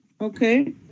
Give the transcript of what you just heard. Okay